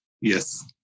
Yes